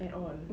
at all